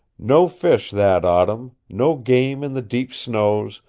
no fish that autumn, no game in the deep snows,